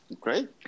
Great